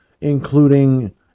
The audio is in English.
including